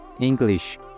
English